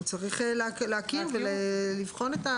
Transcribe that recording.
הוא צריך להכיר ולבחון.